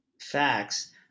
facts